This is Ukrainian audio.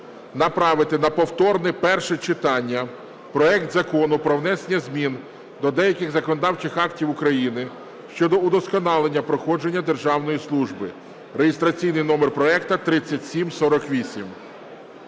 направити на повторне перше читання проект Закону про внесення змін до деяких законодавчих актів України щодо удосконалення проходження державної служби (реєстраційний номер проекту 3748).